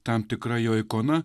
tam tikra jo ikona